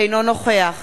אינו נוכח